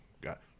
got